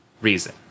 reason